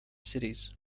cities